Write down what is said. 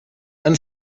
and